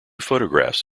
photographs